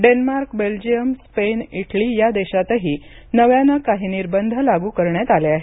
Denmark Belgium Spain Italy या देशांतही नव्यानं काही निर्बंध लागू करण्यात आले आहेत